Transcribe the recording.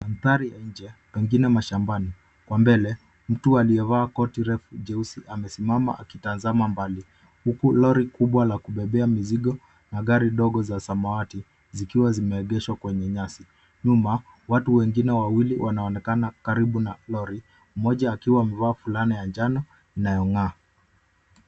Mandhari ya mbele pengine mashambani. Kwa mbele, mtu aliyevaa koti jeusi amesimama akitazama mbali huku lori kubwa la kubebea mizigo na gari dogo za samawati zikiwa zimeegeshwa kwenye nyasi. Nyuma watu wengine wawili wanaonekana karibu na lori, mmoja akiwa amevaa fulana ya njano inayong'aa.